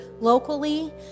locally